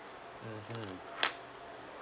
mmhmm